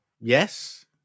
Yes